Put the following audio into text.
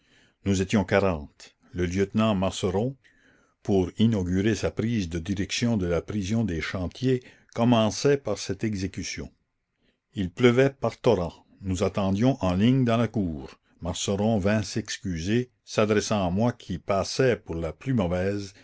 nous étions quarante le lieutenant marceron pour inaugurer sa prise de direction de la prison des chantiers commençait par cette exécution il pleuvait par torrents nous attendions en ligne dans la cour marceron vint s'excuser s'adressant à moi qui passais pour la plus mauvaise